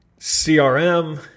CRM